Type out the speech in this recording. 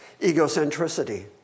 egocentricity